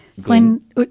Glenn